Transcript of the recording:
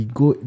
go